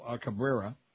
Cabrera